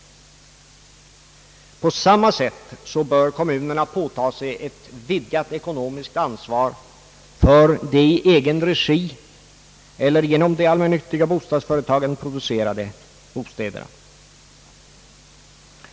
På samma sätt bör kommunerna påtaga sig ett vidgat ekonomiskt ansvar för de i egen regi eller genom de allmännyttiga bostadsföretagen producerade bostäderna.